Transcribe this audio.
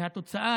והתוצאה,